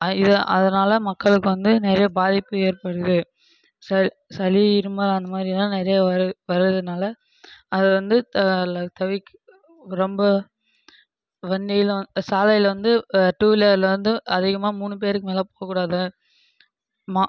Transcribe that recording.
இது அதனால மக்களுக்கு வந்து நிறையா பாதிப்பு ஏற்படுது ச சளி இருமல் அந்த மாதிரிலாம் நிறைய வருது வரதுனால் அதை வந்து தவிக்க ரொம்ப வண்டிலாம் சாலையில் வந்து இப்போ டூவீலரில் வந்து அதிகமாக மூணு பேருக்கு மேலே போகக்கூடாது